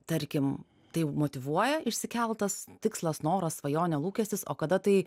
tarkim tai motyvuoja išsikeltas tikslas noras svajonė lūkestis o kada tai